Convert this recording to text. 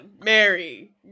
Mary